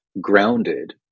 grounded